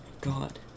god